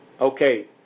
Okay